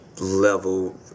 level